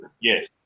Yes